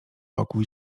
wokół